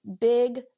big